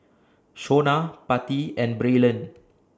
Shona Patti and Braylen